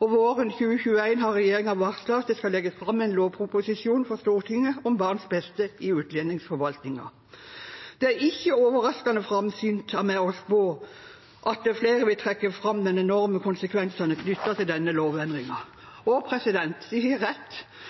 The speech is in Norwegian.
og regjeringen har varslet at det våren 2021 skal legges fram en lovproposisjon for Stortinget om barns beste i utlendingsforvaltningen. Det er ikke overraskende framsynt av meg å spå at flere vil trekke fram de enorme konsekvensene knyttet til denne lovendringen, og de har rett.